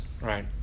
right